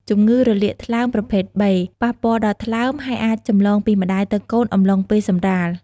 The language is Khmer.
ជំងឺរលាកថ្លើមប្រភេទ B ប៉ះពាល់ដល់ថ្លើម ហើយអាចចម្លងពីម្តាយទៅកូនអំឡុងពេលសម្រាល។